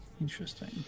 Interesting